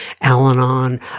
Al-Anon